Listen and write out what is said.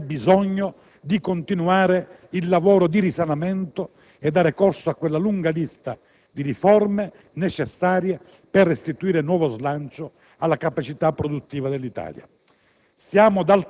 c'è più che mai bisogno di continuare il lavoro di risanamento e dare corso a quella lunga lista di riforme necessarie per restituire nuovo slancio alla capacità produttiva dell'Italia.